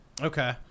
okay